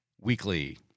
Weekly